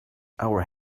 our